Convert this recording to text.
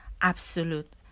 absolute